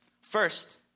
First